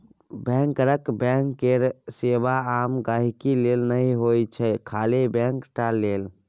बैंकरक बैंक केर सेबा आम गांहिकी लेल नहि होइ छै खाली बैंक टा लेल